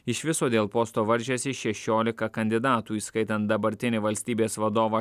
iš viso dėl posto varžėsi šešiolika kandidatų įskaitant dabartinį valstybės vadovą